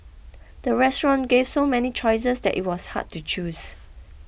the restaurant gave so many choices that it was hard to choose